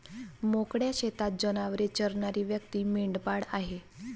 मोकळ्या शेतात जनावरे चरणारी व्यक्ती मेंढपाळ आहे